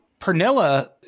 pernilla